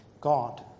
God